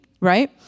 right